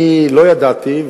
אני לא ידעתי,